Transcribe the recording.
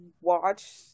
watch